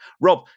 Rob